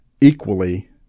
equally